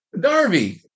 Darby